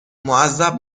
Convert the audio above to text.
معذب